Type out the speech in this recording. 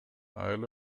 айыл